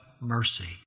mercy